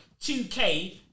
2k